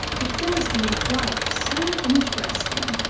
it does make life so interesting.